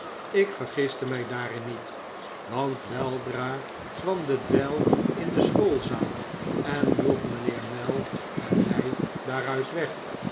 ik vergiste mij daarin niet want weldra kwam de dweil in de schoolzaal en joeg mijnheer mell en mij daaruit weg